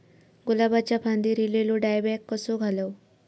गुलाबाच्या फांदिर एलेलो डायबॅक कसो घालवं?